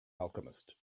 alchemist